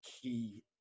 key